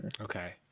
Okay